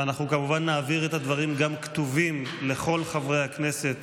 ואנחנו כמובן נעביר את הדברים גם כתובים לכל חברי הכנסת,